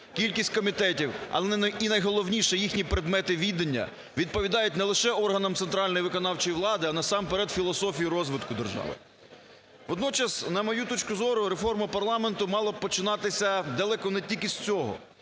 кількість комітетів, а найголовніше, їхні предмети відання, відповідають не лише органам центральної виконавчої влади, а насамперед філософії розвитку держави. Водночас, на мою точку зору, реформа парламенту мала б починатися далеко не тільки з цього,